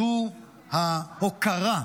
זו ההוקרה,